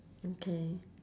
okay